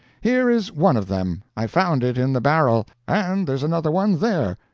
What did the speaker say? here is one of them. i found it in the barrel and there's another one there.